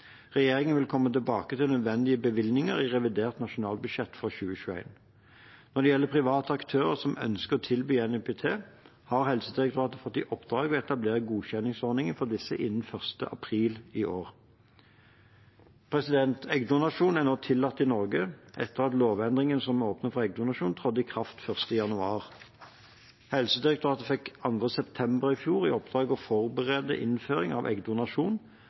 Regjeringen vil komme tilbake til nødvendige bevilgninger i revidert nasjonalbudsjett for 2021. Når det gjelder private aktører som ønsker å tilby NIPT, har Helsedirektoratet fått i oppdrag å etablere godkjenningsordningen for disse innen 1. april i år. Eggdonasjon er nå tillatt i Norge etter at lovendringene som åpnet for eggdonasjon, trådte i kraft 1. januar. Helsedirektoratet fikk 2. september i fjor i oppdrag å forberede innføring av eggdonasjon,